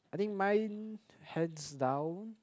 I think mine hands down